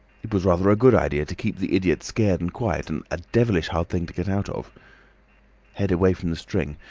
it was rather a good idea to keep the idiot scared and quiet, and a devilish hard thing to get out of head away from the string.